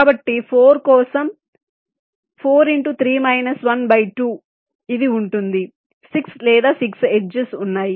కాబట్టి 4 కోసం ఇది ఉంటుంది 6 లేదా 6 ఎడ్జెస్ ఉన్నాయి